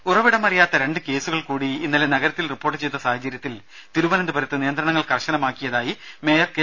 രുമ ഉറവിടമറിയാത്ത രണ്ട് കേസുകൾ കൂടി ഇന്നലെ നഗരത്തിൽ റിപ്പോർട്ട് ചെയ്ത സാഹചര്യത്തിൽ തിരുവനന്തപുരത്ത് നിയന്ത്രണങ്ങൾ കർശനമാക്കിയതായി മേയർ കെ